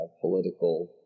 political